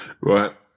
Right